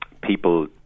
People